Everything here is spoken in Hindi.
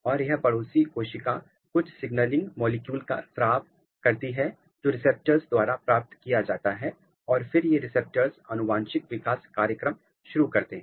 और यह पड़ोसी कोशिका कुछ सिग्नलिंग अणु का स्राव करती है जो रिसेप्टर्स द्वारा प्राप्त किया जाता है और फिर ये रिसेप्टर्स आनुवांशिक विकास कार्यक्रम शुरू करते हैं